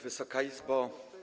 Wysoka Izbo!